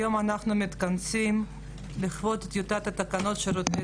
היום אנחנו מתכנסים לכבוד טיוטת תקנות שירותי